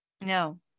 No